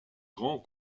grand